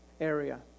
area